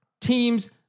teams